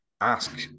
ask